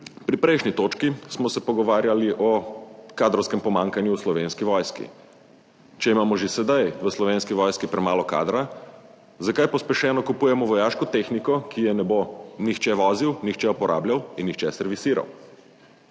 pri prejšnji točki smo se pogovarjali o kadrovskem pomanjkanju v Slovenski vojski. Če imamo že sedaj v Slovenski vojski premalo kadra, zakaj pospešeno kupujemo vojaško tehniko, ki je ne bo nihče vozil, nihče uporabljal in nihče servisiral.